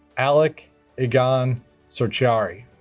alec egon so cerchiari